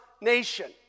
nation